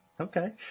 Okay